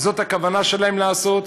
זאת הכוונה שלהם לעשות,